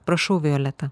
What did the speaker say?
prašau violeta